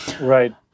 right